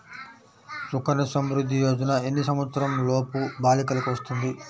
సుకన్య సంవృధ్ది యోజన ఎన్ని సంవత్సరంలోపు బాలికలకు వస్తుంది?